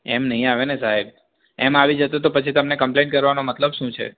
એમ નહીં આવે ને સાહેબ એમ આવી જતો તો પછી તમને કંપલેન્ટ કરવાનો મતલબ શું છે